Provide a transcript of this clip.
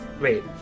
wait